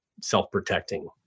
self-protecting